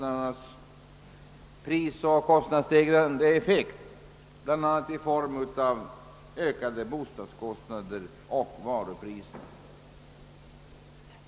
nadsstegrande effekten av räntestegringarna, bl.a. i form av ökade bostadskostnader och höjda varupriser.